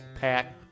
pack